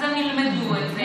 אז הם ילמדו את זה,